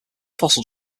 fossil